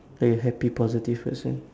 like a happy positive person